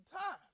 time